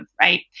right